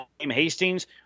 Hastings